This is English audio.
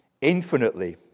infinitely